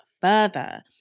further